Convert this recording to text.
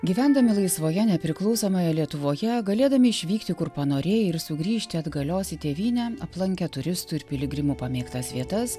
gyvendami laisvoje nepriklausomoje lietuvoje galėdami išvykti kur panorėję ir sugrįžti atgalios į tėvynę aplankę turistų ir piligrimų pamėgtas vietas